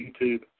YouTube